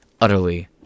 utterly